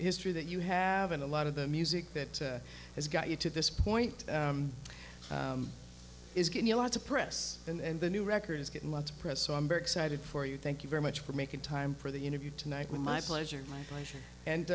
history that you have and a lot of the music that has got you to this point is getting a lot of press and the new record is getting lots of press so i'm very excited for you thank you very much for making time for the interview tonight with my pleasure my